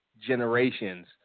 generations